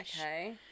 Okay